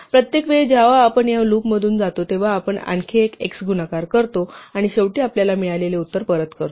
प्रत्येक वेळी जेव्हा आपण या लूपमधून जातो तेव्हा आपण आणखी एक x गुणाकार करतो आणि शेवटी आपल्याला मिळालेले उत्तर परत करतो